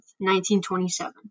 1927